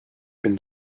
bin